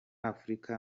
afurika